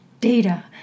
data